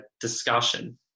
discussion